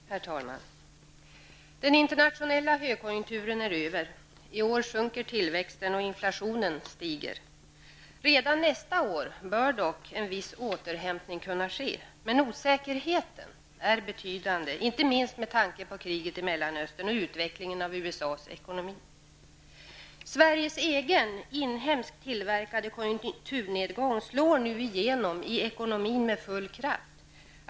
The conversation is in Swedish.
Herr talman! Den internationella högkonjunkturen är över. I år sjunker tillväxten, och inflationen stiger. Redan nästa år bör dock en viss återhämtning kunna ske, men osäkerheten är betydande, inte minst med tanke på kriget i Sveriges egen, inhemskt tillverkade konjunkturnedgång slår nu igenom i ekonomin med full kraft.